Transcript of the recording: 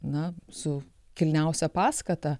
na su kilniausia paskata